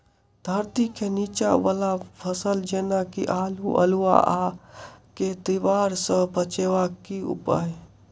धरती केँ नीचा वला फसल जेना की आलु, अल्हुआ आर केँ दीवार सऽ बचेबाक की उपाय?